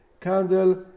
candle